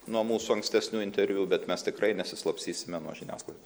nuo mūsų ankstesnių interviu bet mes tikrai nesislapstysime nuo žiniasklaid